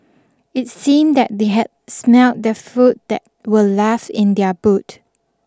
it seemed that they had smelt the food that were left in their boot